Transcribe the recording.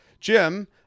Jim